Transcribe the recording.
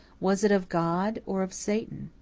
was it of god? or of satan?